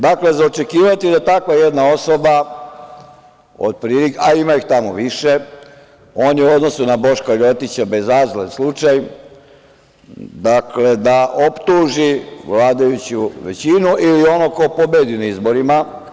Dakle, za očekivati je da takva jedna osoba, a ima ih tamo više, on je u odnosu na Boška Ljotića bezazlen slučaj, optuži vladajuću većinu ili onog ko pobedi na izborima.